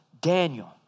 Daniel